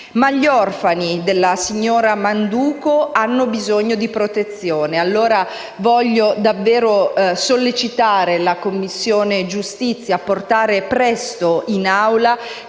Ma gli orfani della signora Manduca hanno bisogno di protezione. Per questa ragione voglio davvero sollecitare la Commissione giustizia a portare presto in Aula